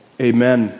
amen